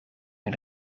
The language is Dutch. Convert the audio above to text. een